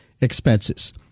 expenses